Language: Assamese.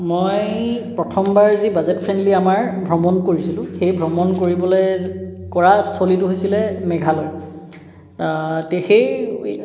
মই প্ৰথমবাৰ যি বাজেট ফ্ৰেণ্ডলী আমাৰ ভ্ৰমণ কৰিছিলোঁ সেই ভ্ৰমণ কৰিবলৈ কৰা স্থলীটো হৈছিলে মেঘালয় সেই